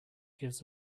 gives